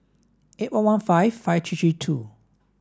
eight one one five five three three two